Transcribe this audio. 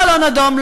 בלון אדום.